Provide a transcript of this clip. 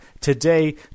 today